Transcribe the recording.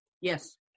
Yes